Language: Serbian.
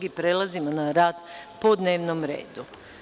Prelazimo na rad po dnevnom redu.